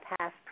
past